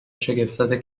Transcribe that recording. شگفتزده